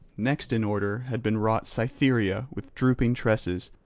next in order had been wrought cytherea with drooping tresses,